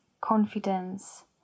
confidence